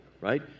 right